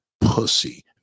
pussy